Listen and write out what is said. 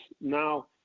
Now